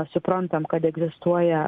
suprantam kad egzistuoja